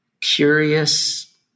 curious